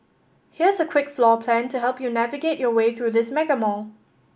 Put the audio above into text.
here's a quick floor plan to help you navigate your way through this mega mall